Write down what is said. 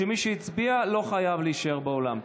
או שמי שהצביע לא חייב להישאר באולם.